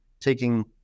taking